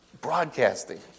broadcasting